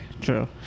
True